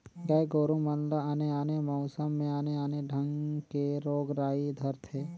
गाय गोरु मन ल आने आने मउसम में आने आने ढंग के रोग राई धरथे